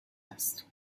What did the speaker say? است